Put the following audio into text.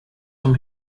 from